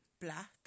black